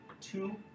two